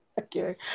Okay